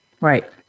Right